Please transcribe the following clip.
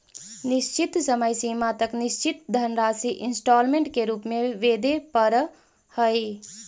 निश्चित समय सीमा तक निश्चित धनराशि इंस्टॉलमेंट के रूप में वेदे परऽ हई